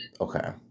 Okay